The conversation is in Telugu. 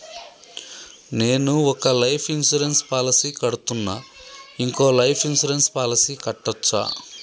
నేను ఒక లైఫ్ ఇన్సూరెన్స్ పాలసీ కడ్తున్నా, ఇంకో లైఫ్ ఇన్సూరెన్స్ పాలసీ కట్టొచ్చా?